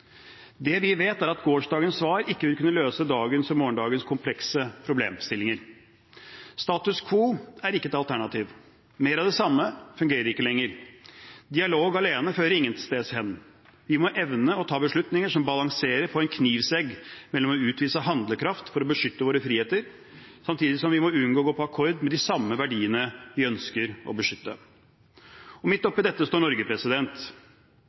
Det vi vet, er at gårsdagens svar ikke vil kunne løse dagens og morgendagens komplekse problemstillinger. Status quo er ikke et alternativ. Mer av det samme fungerer ikke lenger. Dialog alene fører ingensteds hen. Vi må evne å ta beslutninger som balanserer på en knivsegg mellom å utvise handlekraft for å beskytte våre friheter samtidig som vi må unngå å gå på akkord med de samme verdiene vi ønsker å beskytte. Midt oppe i dette står Norge.